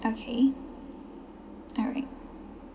okay alright